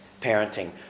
parenting